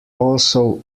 also